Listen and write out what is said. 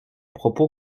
propos